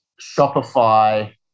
Shopify